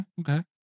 okay